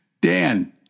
Dan